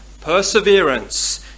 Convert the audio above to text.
perseverance